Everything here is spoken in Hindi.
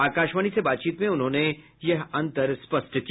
आकाशवाणी से बातचीत में उन्होंने यह अंतर स्पष्ट किया